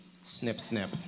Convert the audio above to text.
snip-snip